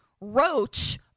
Roach